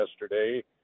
yesterday